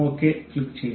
ശരി ക്ലിക്കുചെയ്യും